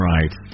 Right